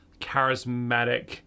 charismatic